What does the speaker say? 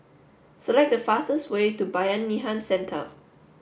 select the fastest way to Bayanihan Centre